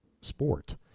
sport